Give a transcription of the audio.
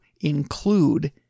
include